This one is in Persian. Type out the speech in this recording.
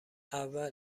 اول